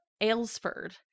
Aylesford